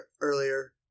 earlier